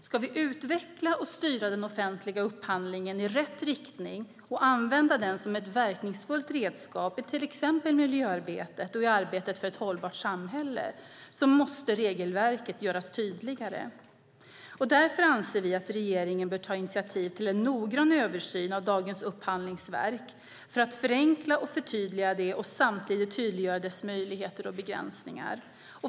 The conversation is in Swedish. Ska vi utveckla och styra den offentliga upphandlingen i rätt riktning och använda den som ett verkningsfullt redskap i till exempel miljöarbetet och i arbetet för ett hållbart samhälle måste regelverket göras tydligare. Därför anser vi att regeringen bör ta initiativ till en noggrann översyn av dagens upphandlingsregelverk för att förenkla och förtydliga det och samtidigt tydliggöra dess möjligheter och begränsningar.